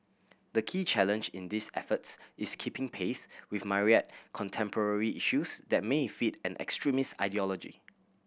the key challenge in these efforts is keeping pace with myriad contemporary issues that may feed an extremist ideology